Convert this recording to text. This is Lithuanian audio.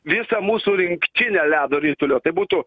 visą mūsų rinktinę ledo ritulio tai būtų